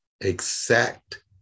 exact